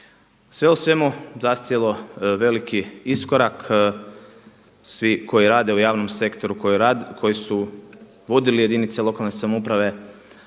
Sve u svemu zacijelo veliki iskorak, svi koji rade u javnom sektoru koji su vodili jedinice lokalne samouprave